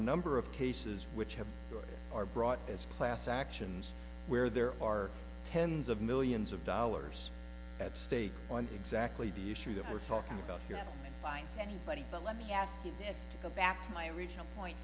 number of cases which have that are brought as class actions where there are tens of millions of dollars at stake on exactly the issue that we're talking about your clients anybody but let me ask you this go back to my original point